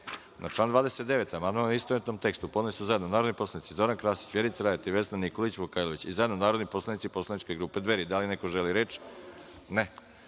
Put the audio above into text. član 29. amandman, u istovetnom tekstu, podneli su zajedno narodni poslanici Zoran Krasić, Vjerica Radeta i Vesna Nikolić Vukajlović i zajedno narodni poslanici poslaničke grupe Dveri. Da li neko želi reč?